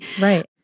Right